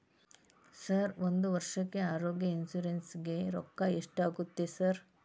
Sir ಒಂದು ವರ್ಷಕ್ಕೆ ಆರೋಗ್ಯ ಇನ್ಶೂರೆನ್ಸ್ ಗೇ ರೊಕ್ಕಾ ಎಷ್ಟಾಗುತ್ತೆ ಸರ್?